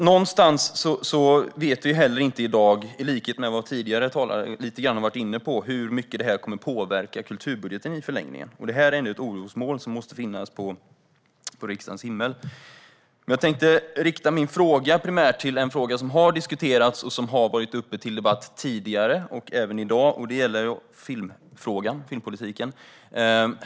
Någonstans vet vi inte heller i dag, i likhet med vad tidigare talare lite grann har varit inne på, hur mycket det här kommer att påverka kulturbudgeten i förlängningen. Det är ett orosmoln som måste finnas på riksdagens himmel. Jag tänkte primärt ta upp en fråga som har diskuterats och har varit uppe till debatt tidigare och även i dag. Det är frågan om filmpolitiken.